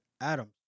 Adams